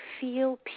feel